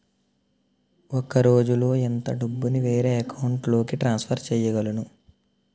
ఒక రోజులో ఎంత డబ్బుని వేరే అకౌంట్ లోకి ట్రాన్సఫర్ చేయగలను?